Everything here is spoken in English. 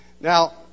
Now